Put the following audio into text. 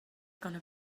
gonna